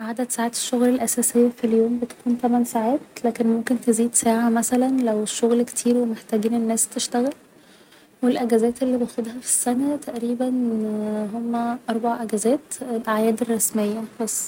عدد ساعات الشغل الأساسية في اليوم بتكون تمن ساعات لكن ممكن تزيد ساعة مثلا لو الشغل كتير و محتاجين الناس تشتغل و الاجازات اللي باخدها في السنة تقريبا هما اربع اجازات الأعياد الرسمية بس